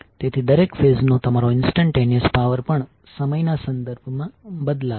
તેથી દરેક ફેઝનો તમારો ઈન્સ્ટનટેનીઅશ પાવર પણ સમયના સંદર્ભમાં બદલાશે